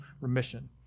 remission